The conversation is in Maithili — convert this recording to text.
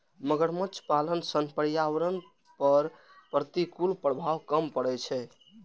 मगरमच्छ पालन सं पर्यावरण पर प्रतिकूल प्रभाव कम पड़ै छै